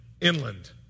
inland